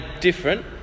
different